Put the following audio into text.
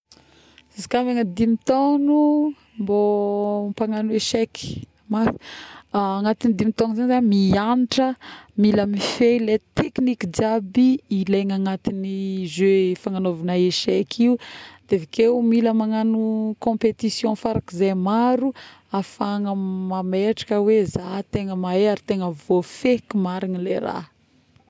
Izy ka megna dimy taogno mbô mpagnano échèque, agnaty dimy taogna zegny za miagnatra, mila mifehy le technique jiaby ilaigny agnatin'ny jeu fagnanaovagna échèque io, de avekeo mila magnano compétition faraikze maro afahagna mametraka heo za tegna mahay ary tegna voafehiko marigny le raha